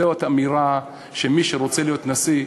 זאת אמירה שמי שרוצה להיות נשיא,